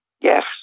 Yes